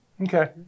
Okay